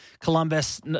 Columbus